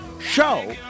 show